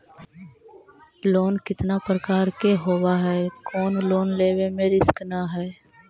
Loan कितना प्रकार के होबा है कोन लोन लेब में रिस्क न है?